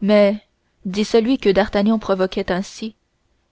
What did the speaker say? mais dit celui que d'artagnan provoquait ainsi